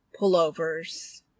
pullovers